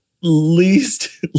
least